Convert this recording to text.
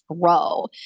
grow